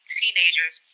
teenagers